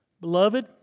Beloved